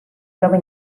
prova